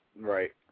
Right